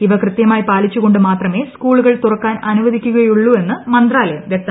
ഇവ കൃത്യമായി പാലിച്ചു കൊണ്ട് മാത്രമേ സ്കൂളുകൾ തുറക്കാൻ അനുവദിക്കുകയുള്ളൂ എന്ന് മന്ത്രാലയം വ്യക്തമാക്കി